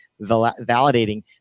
validating